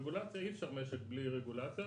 אי אפשר משק בלי רגולציה.